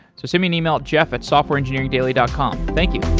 send me an email at jeff at softwareengineeringdaily dot com. thank you.